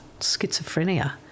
schizophrenia